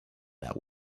that